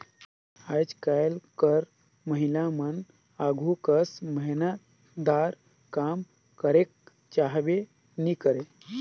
आएज काएल कर महिलामन आघु कस मेहनतदार काम करेक चाहबे नी करे